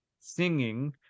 singing